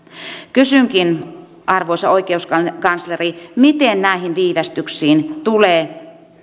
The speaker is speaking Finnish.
kysynkin arvoisa oikeuskansleri miten näihin viivästyksiin tulee